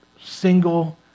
single